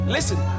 Listen